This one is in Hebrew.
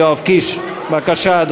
בבקשה.